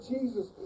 Jesus